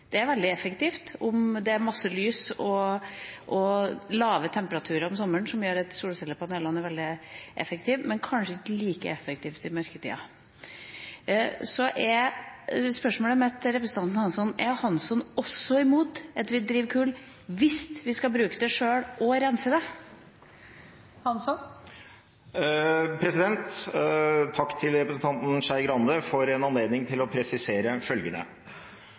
Det er veldig effektivt hvis det er mye lys og lave temperaturer om sommeren, som gjør at solcellepanelene er veldig effektive, men de er kanskje ikke like effektive i mørketida. Spørsmålet mitt til representanten Hansson er: Er Hansson imot at vi utvinner kull også hvis vi skal bruke det sjøl og renser det? Takk til representanten Skei Grande for en anledning til å presisere følgende: